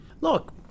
Look